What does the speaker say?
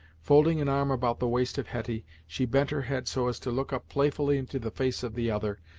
folding an arm about the waist of hetty, she bent her head so as to look up playfully into the face of the other,